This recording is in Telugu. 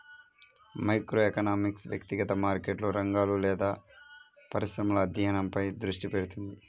మైక్రోఎకనామిక్స్ వ్యక్తిగత మార్కెట్లు, రంగాలు లేదా పరిశ్రమల అధ్యయనంపై దృష్టి పెడుతుంది